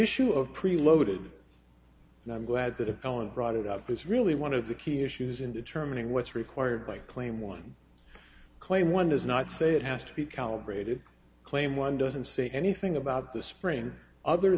issue of pre loaded and i'm glad that appellant brought it up is really one of the key issues in determining what's required by claim one claim one does not say it has to be calibrated claim one doesn't say anything about the spring other